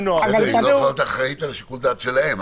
היא לא יכולה להיות אחראית על שיקול הדעת שלהם.